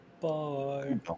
Bye